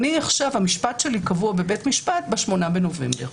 המשפט שלי קבוע בבית המשפט ב-8 בנובמבר.